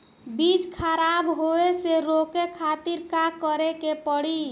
बीज खराब होए से रोके खातिर का करे के पड़ी?